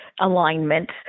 alignment